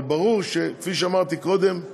אבל ברור, כפי שאמרתי קודם: